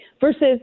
Versus